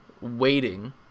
waiting